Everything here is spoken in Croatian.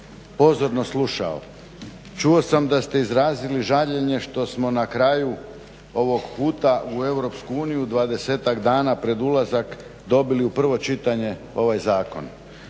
pozorno slušao. Čuo sam da ste izrazili žaljenje što smo na kraju ovog puta u EU dvadesetak dana pred ulazak dobili u prvo čitanje ovaj zakon.